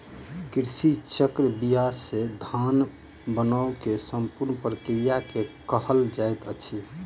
कृषि चक्र बीया से धान बनै के संपूर्ण प्रक्रिया के कहल जाइत अछि